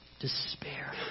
despair